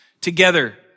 together